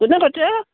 কোনে কৈছে